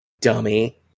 dummy